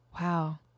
wow